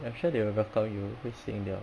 I'm sure they will welcome you hui xin they all